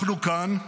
אנחנו כאן,